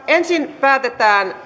ensin päätetään